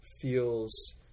feels –